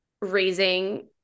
raising